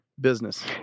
business